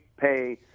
pay